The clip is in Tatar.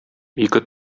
ике